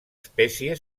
espècie